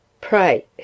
Pray